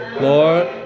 Lord